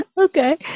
Okay